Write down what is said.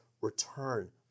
return